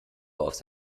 aufs